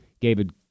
David